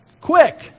Quick